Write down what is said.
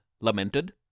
lamented